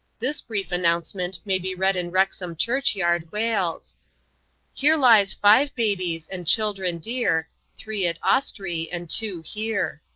this brief announcement may be read in wrexham church-yard, wales here lies five babies and children dear three at owestry and two here.